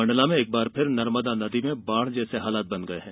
मण्डला में एक बार फिर नर्मदा नदी में बाढ़ जैसे हालात बन गये हैं